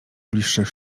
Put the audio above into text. bliższych